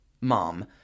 mom